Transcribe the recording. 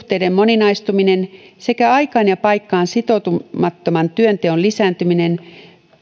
työsuhteiden moninaistuminen sekä aikaan ja paikkaan sitoutumattoman työnteon lisääntyminen